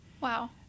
wow